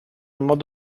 mod